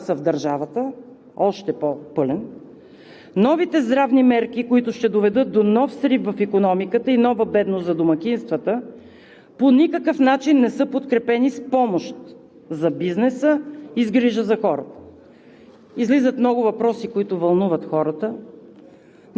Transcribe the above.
Четвърто, за да направите още по-пълен хаоса в държавата, новите здравни мерки, които ще доведат до нов срив в икономиката и нова бедност за домакинствата, по никакъв начин не са подкрепени с помощ за бизнеса и с грижа за хората.